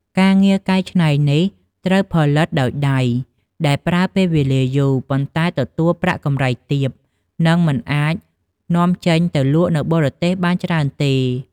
ការងារកែច្នៃនេះត្រូវផលិតដោយដៃដែលប្រើពេលវេលាយូរ ប៉ុន្តែទទួលប្រាក់កម្រៃទាប និងមិនអាចនាំចេញទៅលក់នៅបរទេសបានច្រើនទេ។